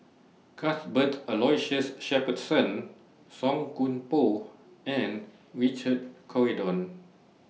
Cuthbert Aloysius Shepherdson Song Koon Poh and Richard Corridon